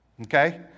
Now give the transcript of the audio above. okay